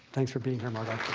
thanks for being here, margo.